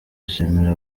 ashimira